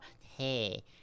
Hey